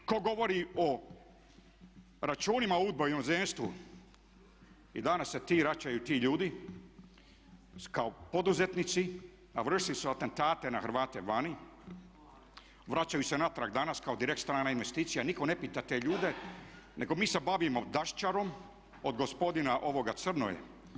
Tko govori o računima UDBA-e u inozemstvu i da nas se vraćaju ti ljudi kao poduzetnici a vršili su atentate na Hrvate vani, vračaju se natrag danas kao direkt strana investicija, nitko ne pita te ljude nego mi se bavimo daščarom od gospodina Crnoje.